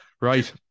Right